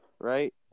Right